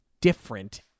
different